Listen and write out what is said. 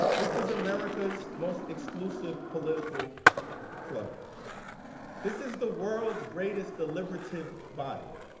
this is america's most explosive political clout this is the world's greatest deliberative body